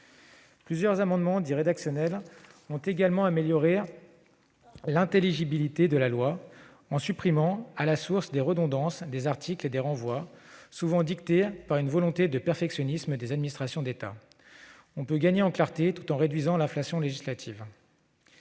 Plusieurs amendements dits « rédactionnels » ont également amélioré l'intelligibilité de la loi, en supprimant, à la source, des redondances, des articles et des renvois souvent dictés par une volonté de perfectionnisme des administrations d'État. On peut gagner en clarté tout en réduisant l'inflation législative.